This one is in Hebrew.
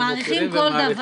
אני מעריכים כל דבר